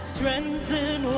strengthen